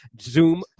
Zoom